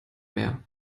mehr